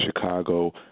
Chicago